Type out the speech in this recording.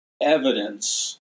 evidence